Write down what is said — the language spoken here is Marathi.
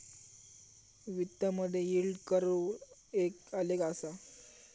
वित्तामधे यील्ड कर्व एक आलेख असा